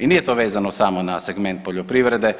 I nije to vezano samo na segment poljoprivrede,